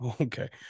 Okay